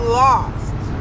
lost